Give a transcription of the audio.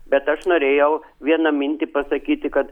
bet aš norėjau vieną mintį pasakyti kad